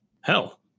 hell